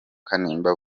kanimba